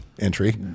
entry